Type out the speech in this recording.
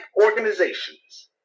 organizations